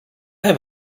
have